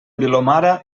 vilomara